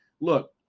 look